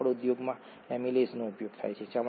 કાપડ ઉદ્યોગ માં એમિલેઝનો ઉપયોગ કરે છે